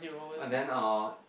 and then I will